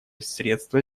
средства